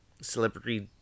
celebrity